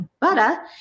butter